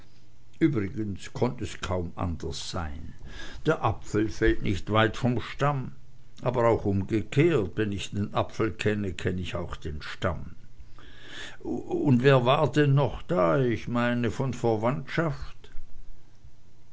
übrigens konnt es kaum anders sein der apfel fällt nicht weit vom stamm aber auch umgekehrt wenn ich den apfel kenne kenn ich auch den stamm und wer war denn noch da ich meine von verwandtschaft